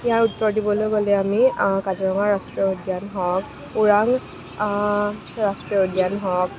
ইয়াৰ উত্তৰ দিবলৈ গ'লে আমি কাজিৰঙা ৰাষ্ট্ৰীয় উদ্যান হওক ওৰাং ৰাষ্ট্ৰীয় উদ্যান হওক